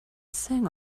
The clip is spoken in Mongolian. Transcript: сайн